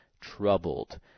troubled